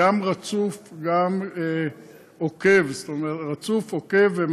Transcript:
גם רצוף וגם עוקב ומהיר,